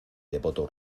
devoto